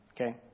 Okay